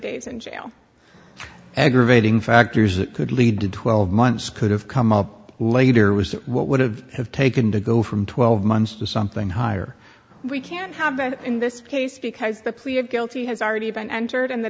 days in jail aggravating factors that could lead to twelve months could have come up later was what would have have taken to go from twelve months to something higher we can't have that in this case because the plea of guilty has already been entered in the